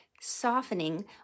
softening